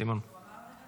שלוש דקות,